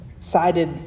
sided